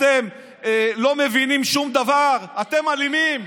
אתם לא מבינים שום דבר, אתם אלימים,